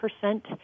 percent